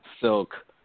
Silk